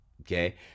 Okay